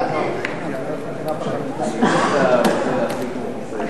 אגרות והוצאות (תיקון מס'